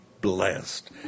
blessed